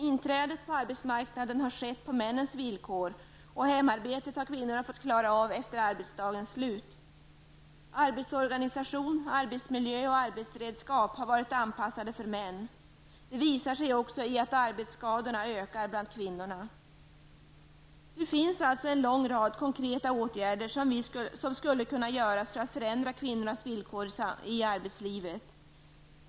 Inträdet på arbetsmarknaden har skett på männens villkor, och kvinnorna har fått klara av hemarbetet efter arbetsdagens slut. Arbetsorganisation, arbetsmiljö och arbetsredskap har varit anpassade för män. Det visar sig också att arbetsskadorna ökar bland kvinnorna. Det finns en lång rad konkreta åtgärder som skulle kunna vidtas för att förändra kvinnors villkor i arbetslivet.